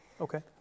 okay